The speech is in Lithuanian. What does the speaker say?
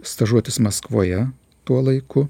stažuotis maskvoje tuo laiku